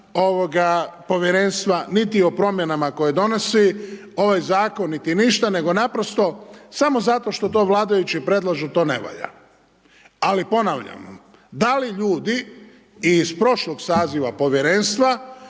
Povjerenstva, niti o promjenama koje donosi ovaj Zakon niti ništa, nego naprosto samo zato što to vladajući predlažu to ne valja. Ali ponavljam vam, da li ljudi iz prošlog saziva Povjerenstva